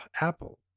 Apple